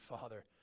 Father